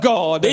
God